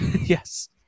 yes